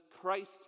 Christ